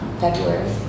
February